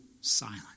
silent